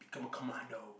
become a commando